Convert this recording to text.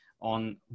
on